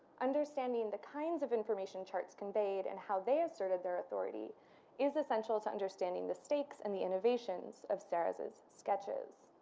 understanding the kinds of information charts conveyed and how they asserted their authority is essential to understanding the stakes and the innovations of serres's sketches.